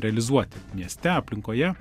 realizuoti mieste aplinkoje